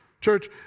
Church